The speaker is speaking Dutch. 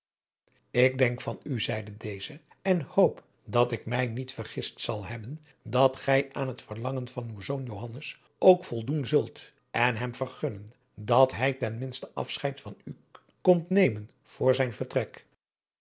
ik denk van u zeide deze en hoop dat ik mij niet vergist zal hebben dat gij aan het verlangen van uw zoon johannes ook voldoen zult en hem vergunnen dat hij ten minste afscheid van u komt nemen voor zijn vertrek